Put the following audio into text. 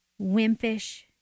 wimpish